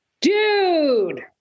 Dude